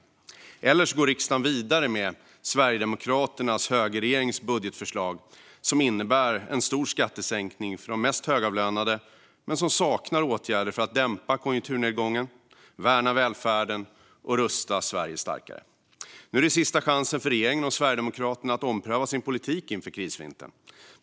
I det andra fallet går riksdagen vidare med Sverigedemokraternas och högerregeringens budgetförslag, som innebär en stor skattesänkning för de mest högavlönade men som saknar åtgärder för att dämpa konjunkturnedgången, värna välfärden och rusta Sverige starkare. Nu är det sista chansen för regeringen och Sverigedemokraterna att ompröva sin politik inför krisvintern.